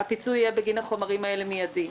הפיצוי יהיה מידי בגין החומרים האלה.